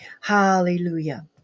Hallelujah